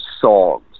songs